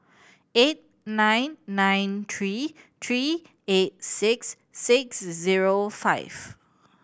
eight nine nine three three eight six six zero five